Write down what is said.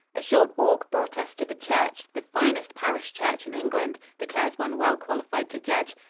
a short walk brought us to the church the finest parish church in england, declares one well qualified to judge.